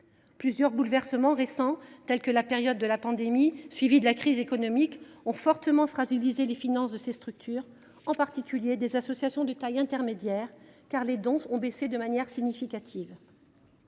Plusieurs bouleversements récents, tels que la période de pandémie suivie de la crise économique, ont fortement fragilisé les finances de ces structures, en particulier celles des associations de taille intermédiaire, car les dons ont baissé de manière significative.